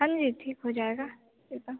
हाँ जी ठीक हो जाएगा एकदम